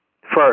First